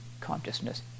consciousness